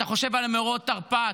אתה חושב על מאורעות תרפ"ט.